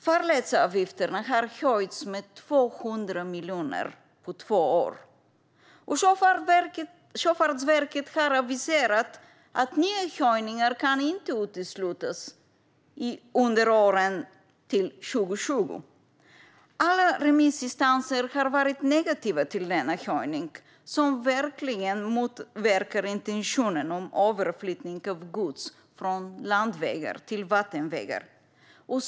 Farledsavgifterna har höjts med 200 miljoner på två år. Sjöfartsverket har aviserat att nya höjningar inte kan uteslutas under åren fram till 2020. Alla remissinstanser har varit negativa till denna höjning, som verkligen motverkar intentionen om överflyttning av gods från landvägar till vattenvägar.